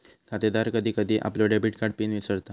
खातेदार कधी कधी आपलो डेबिट कार्ड पिन विसरता